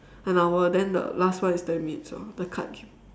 an hour then the last one is ten minutes so the cards